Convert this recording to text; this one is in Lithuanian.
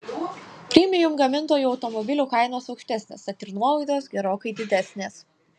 premium gamintojų automobilių kainos aukštesnės tad ir nuolaidos gerokai didesnės